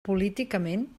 políticament